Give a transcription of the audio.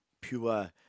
pure